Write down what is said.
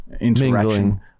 interaction